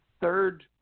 third